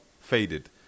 faded